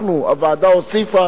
אנחנו, הוועדה, הוסיפה